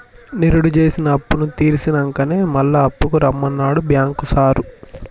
నిరుడు జేసిన అప్పుతీర్సినంకనే మళ్ల అప్పుకు రమ్మన్నడు బాంకు సారు